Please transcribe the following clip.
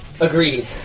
Agreed